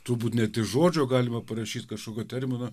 turbūt net iš žodžio galima parašyti kažkokio termino